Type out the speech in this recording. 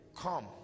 Come